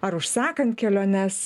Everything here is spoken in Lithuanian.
ar užsakant keliones